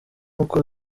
uko